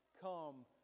come